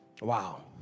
Wow